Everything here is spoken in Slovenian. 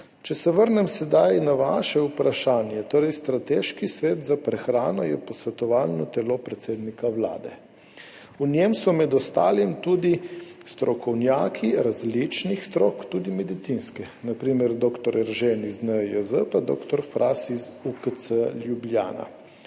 Če se vrnem sedaj na vaše vprašanje. Strateški svet za prehrano je posvetovalno telo predsednika Vlade. V njem so med ostalim tudi strokovnjaki različnih strok, tudi medicinski, na primer, dr. Eržen iz NIJZ, pa dr. Fras iz UKC Ljubljana.